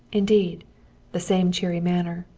indeed the same cheery manner,